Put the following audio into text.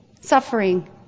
suffering